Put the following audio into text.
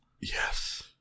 Yes